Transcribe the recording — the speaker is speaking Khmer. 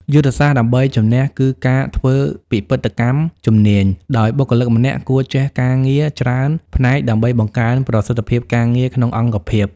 យុទ្ធសាស្ត្រដើម្បីជំនះគឺការធ្វើពិពិធកម្មជំនាញ ដោយបុគ្គលិកម្នាក់គួរចេះការងារច្រើនផ្នែកដើម្បីបង្កើនប្រសិទ្ធភាពការងារក្នុងអង្គភាព។